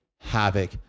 havoc